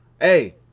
Hey